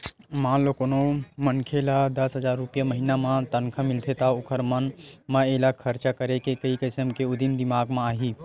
मान लो कोनो मनखे ल दस हजार रूपिया महिना म तनखा मिलथे त ओखर मन म एला खरचा करे के कइ किसम के उदिम दिमाक म आही